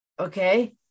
Okay